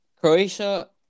Croatia